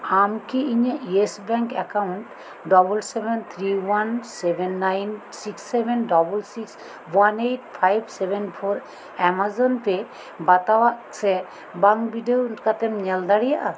ᱟᱢ ᱠᱤ ᱤᱧᱟᱹᱜ Yes Bank account double seven three one seven nine six seven double six one eight five seven four Amazon Pay ᱵᱟᱛᱟᱣᱟᱜ ᱥᱮ ᱵᱟᱝ ᱵᱤᱰᱟᱹᱣ ᱠᱟᱛᱮᱫ ᱮᱢ ᱧᱮᱞ ᱫᱟᱲᱮᱭᱟᱜᱼᱟ